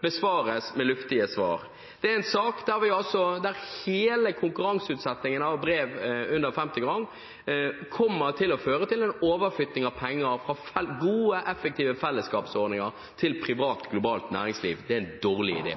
besvares med luftige svar. Hele konkurranseutsettingen av brev under 50 gram kommer til å føre til en overflytting av penger fra gode, effektive fellesskapsordninger til privat, globalt næringsliv. Det er en dårlig idé.